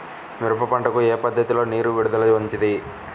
మిరప పంటకు ఏ పద్ధతిలో నీరు విడుదల మంచిది?